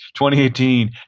2018